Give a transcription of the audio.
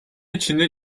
içinde